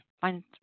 find